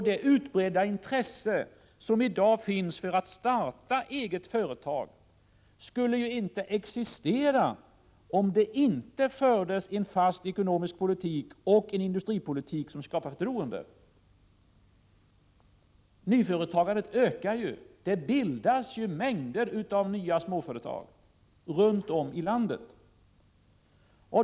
Det utbredda intresse som i dag finns för att starta eget företag skulle ju inte existera, om det inte fördes en fast ekonomisk politik och en industripolitik som skapar förtroende. Nyföretagandet ökar ju. Det bildas ju mängder av nya småföretag runt om i landet.